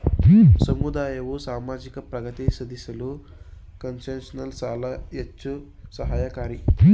ಸಮುದಾಯವು ಸಾಮಾಜಿಕ ಪ್ರಗತಿ ಸಾಧಿಸಲು ಕನ್ಸೆಷನಲ್ ಸಾಲ ಹೆಚ್ಚು ಸಹಾಯಕಾರಿ